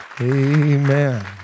Amen